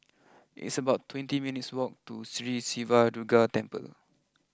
it's about twenty minutes walk to Sri Siva Durga Temple